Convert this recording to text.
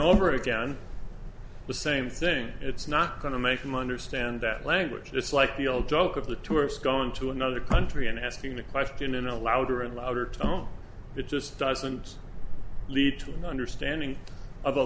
over again the same thing it's not going to make him understand that language it's like the old joke of the tourist gone to another country and asking the question in a louder and louder tone it just doesn't lead to an understanding of